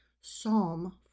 Psalm